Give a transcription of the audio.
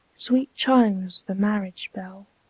sweet chimes the marriage-bell.